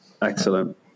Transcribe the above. Excellent